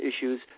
issues